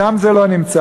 שם זה לא נמצא.